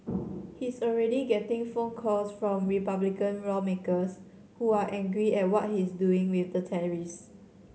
he's already getting phone calls from Republican lawmakers who are angry at what he's doing with the tariffs